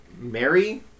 Mary